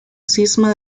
cisma